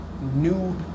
new